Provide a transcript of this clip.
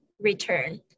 return